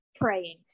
praying